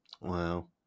Wow